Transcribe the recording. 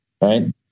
Right